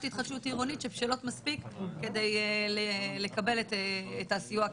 התחדשות עירונית שבשלות מספיק כדי לקבל את הסיוע הכספי.